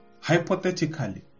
hypothetically